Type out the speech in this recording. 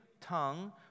tongue